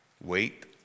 Wait